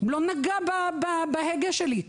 לא נגע בהגה שלי.